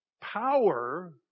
power